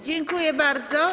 Dziękuję bardzo.